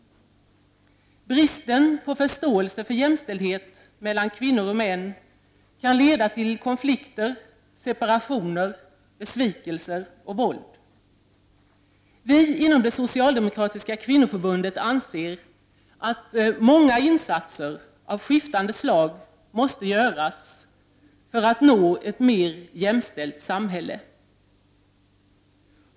Bristen på förståelse för jämställdhet mellan kvinnor och män kan leda till konflikter, separationer, besvikelser och våld. Vi inom det socialdemokratiska kvinnoförbundet anser att många insatser av skiftande slag måste göras för att nå ett mer jämställt samhälle.